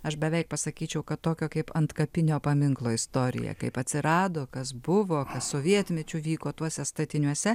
aš beveik pasakyčiau kad tokio kaip antkapinio paminklo istorija kaip atsirado kas buvo sovietmečiu vyko tuose statiniuose